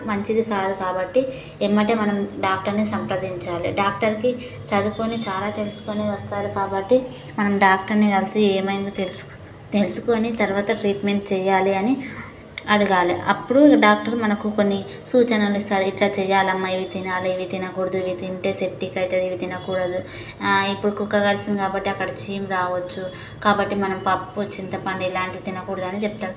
మంచిది కాదు కాబట్టి ఏమంటే మనం డాక్టర్ని సంప్రదించాలి డాక్టర్కి చదువుకొని చాలా తెలుసుకొని వస్తారు కాబట్టి మనం డాక్టర్ని కలిసి ఏమైందో తెలుసుకొని తెలుసుకొని తరువాత ట్రీట్మెంట్ చేయాలని అడగాలి అప్పుడు డాక్టర్ మనకు కొన్ని సూచనలు ఇస్తాడు ఇట్లా చేయాలమ్మా ఇవి తినాలి ఇవి తినకూడదు ఇవి తింటే సెప్టిక్ అవుతుంది ఇవి తినకూడదు ఇప్పుడు కుక్క కరిచింది కాబట్టి అక్కడ చీము రావచ్చు కాబట్టి మనం పప్పు చింతపండు ఇలాంటివి తినకూడదు అని చెప్తారు